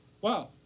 Wow